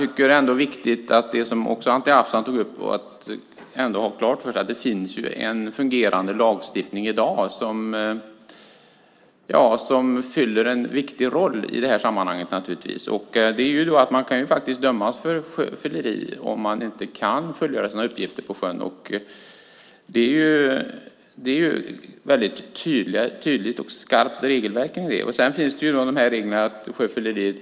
Det är ändå viktigt att, som Anti Avsan tog upp, ha klart för sig att det finns en fungerande lagstiftning som spelar en viktig roll i sammanhanget. Man kan faktiskt dömas för sjöfylleri om man inte kan fullgöra sina uppgifter på sjön. Det finns ett väldigt tydligt och skarpt regelverk. Vidare finns ju regeln om grovt sjöfylleri.